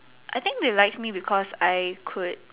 I think they liked me because I could